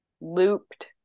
looped